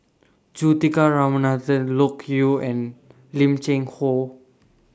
Juthika Ramanathan Loke Yew and Lim Cheng Hoe